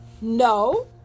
No